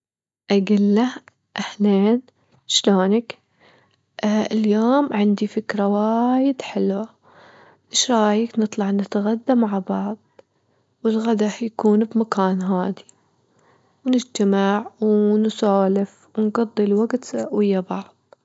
أجيله أهلين، إيش لونك، اليوم عندي فكرة وايد حلوة، إيش رايك نطلع نتغدا مع بعض؟ والغدا هيكون بمكان هادي، ونجتمع ونسالف ونجضي الوجت ويا بعض.